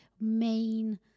main